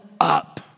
up